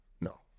No